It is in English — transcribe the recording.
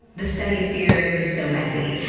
the study of fear is so messy.